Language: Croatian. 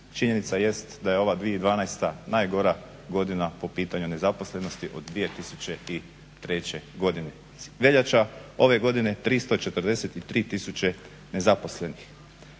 činjenica jest da je ova 2012. najgora godina po pitanju nezaposlenosti od 2003. godine. Veljača ove godine 343 000 nezaposlenih.